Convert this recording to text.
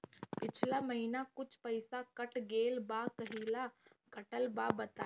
पिछला महीना कुछ पइसा कट गेल बा कहेला कटल बा बताईं?